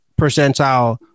percentile